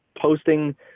posting